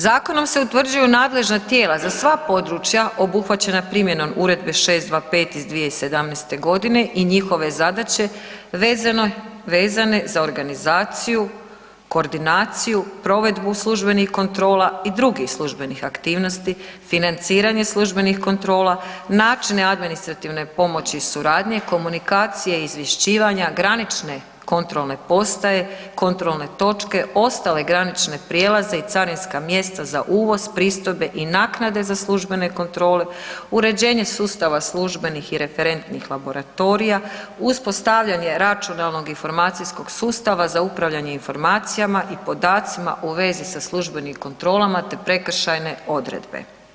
Zakonom se utvrđuju nadležna tijela za sva područja obuhvaćena primjenom Uredbe 625 iz 2017. g. i njihove zadaće vezane za organizaciju, koordinaciju, provedbu službenih kontrola i drugih službenih aktivnosti, financiranje službenih kontrola, načini administrativne pomoći i suradnje, komunikacije i izvješćivanja, granične kontrolne postoje, kontrolne točke, ostale granične prijelaze i carinska mjesta za uvoz, pristojbe i naknade za službene kontrole, uređenje sustava službenih i referentnih laboratorija, uspostavljanje računalnog informacijskog sustava za upravljanje informacijama i podacima u vezi sa službenim kontrolama te prekršajne odredbe.